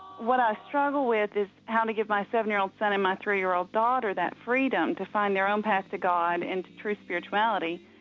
what i struggle with is how to give my seven-year-old son and my three-year-old daughter that freedom to find their own path to god and to true spirituality,